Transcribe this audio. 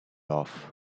off